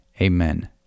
amen